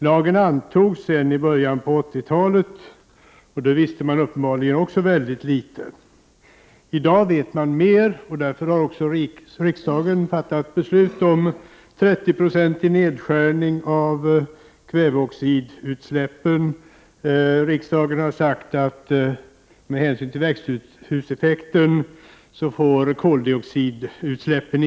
Lagen antogs i början av 80-talet, och då visste man uppenbarligen också mycket litet. I dag vet man mer. Därför har riksdagen fattat beslut om 30-procentiga nedskärningar av kväveoxidutsläppen. Riksdagen har sagt att koldioxidutsläppen inte får öka, med hänsyn till växthuseffekten.